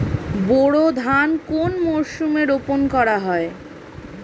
বোরো ধান কোন মরশুমে রোপণ করা হয়?